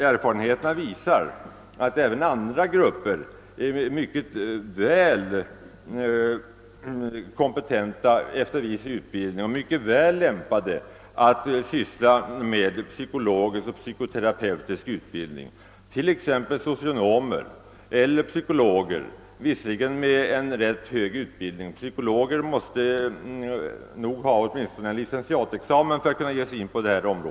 Erfarenheterna visar att även andra grupper efter viss utbildning är mycket väl kompetenta och lämpade för att ägna sig åt psykoterapeutisk verksamhet. Detta gäller t.ex. socionomer och psykologer, låt vara med en ganska kvalificerad utbildning; psykologerna måste nog ha åtminstone en licentiatexamen.